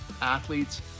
athletes